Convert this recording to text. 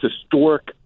historic